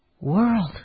world